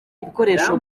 ibikoresho